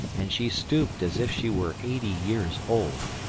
and she stooped as if she were eighty years old.